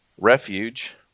refuge